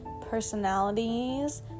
personalities